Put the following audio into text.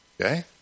Okay